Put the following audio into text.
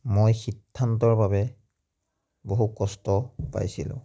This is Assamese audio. মই সিদ্ধান্তৰ বাবে বহু কষ্ট পাইছিলোঁ